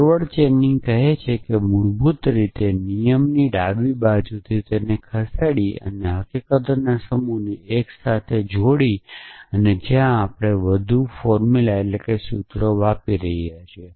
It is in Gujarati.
આગળ ચેઇનિંગ કહે છે મૂળભૂત રીતે નિયમની ડાબી બાજુથી ખસેડીને હકીકતોના સમૂહને એક સાથે જોડીને જ્યાં આપણે વધુ સૂત્રો વાપરી રહ્યા છીએ